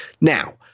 Now